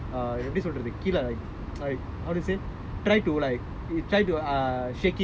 err எப்படி சொல்ல்லுறது கீழே:eppadi sollurathu kilae like like how to say try to like try to like err to shake it